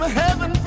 heaven